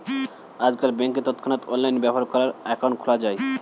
আজকাল ব্যাংকে তৎক্ষণাৎ অনলাইনে ব্যবহার করার অ্যাকাউন্ট খোলা যায়